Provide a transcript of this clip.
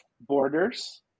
borders